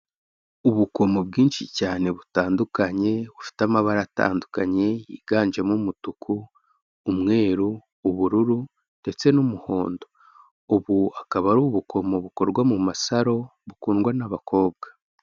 Ubukomo bwinshi cyane butandukanye bufite amabara atandukanye yiganjemo umutuku, umweru, ubururu, ndetse n'umuhondo. Ubu akaba ari ubukomo bukorwa mu masaro bukundwa n'abakobwa.